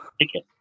ticket